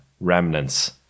remnants